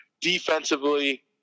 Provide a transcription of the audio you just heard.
defensively